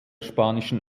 spanischen